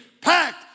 packed